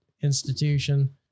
institution